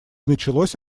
началось